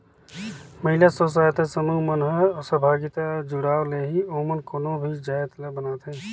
महिला स्व सहायता समूह मन ह सहभागिता अउ जुड़ाव ले ही ओमन कोनो भी जाएत ल बनाथे